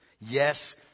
Yes